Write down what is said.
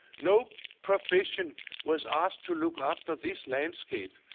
no profession was asked to look after this landscape.